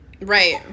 Right